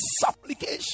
supplication